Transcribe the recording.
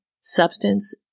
substance